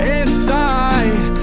inside